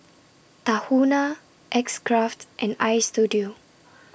Tahuna X Craft and Istudio